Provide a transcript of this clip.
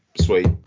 sweet